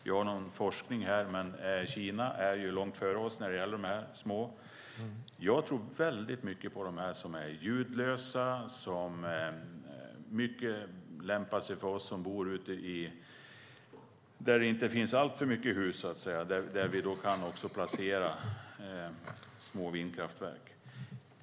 Vi har forskning här, men Kina är långt före oss när det gäller de här små kraftverken. Jag tror mycket på dessa. De är ljudlösa, och de lämpar sig väl för oss som bor där det inte finns alltför många hus. Där kan man placera små vindkraftverk.